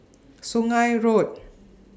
Sungei Road